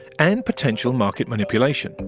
and potential market manipulation.